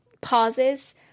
pauses